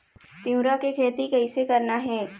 तिऊरा के खेती कइसे करना हे?